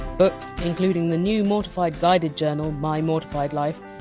books, including the new mortified guided journal, my mortified life,